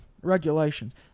regulations